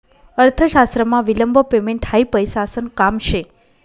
अर्थशास्त्रमा विलंब पेमेंट हायी पैसासन काम शे